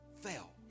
fell